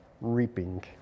reaping